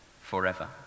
forever